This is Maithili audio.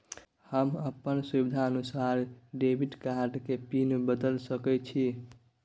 हम अपन सुविधानुसार डेबिट कार्ड के पिन बदल सके छि?